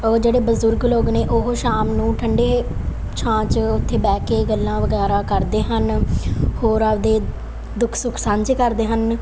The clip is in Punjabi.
ਜਿਹੜੇ ਬਜ਼ੁਰਗ ਲੋਕ ਨੇ ਉਹ ਸ਼ਾਮ ਨੂੰ ਠੰਡੇ ਛਾਂ 'ਚ ਉੱਥੇ ਬਹਿ ਕੇ ਗੱਲਾਂ ਵਗੈਰਾ ਕਰਦੇ ਹਨ ਹੋਰ ਆਪਣੇ ਦੁੱਖ ਸੁੱਖ ਸਾਂਝੇ ਕਰਦੇ ਹਨ